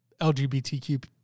LGBTQ